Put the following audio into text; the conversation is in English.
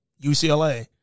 UCLA